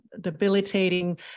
debilitating